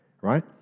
right